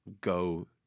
go